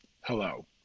Hello